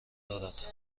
دارد